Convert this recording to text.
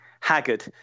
haggard